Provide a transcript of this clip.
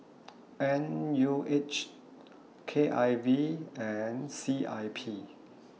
N U H K I V and C I P